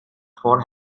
for